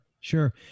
Sure